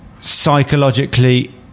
psychologically